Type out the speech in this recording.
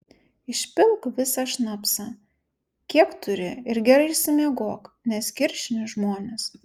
išpilk visą šnapsą kiek turi ir gerai išsimiegok nes kiršini žmones